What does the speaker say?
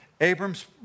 Abram's